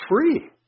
free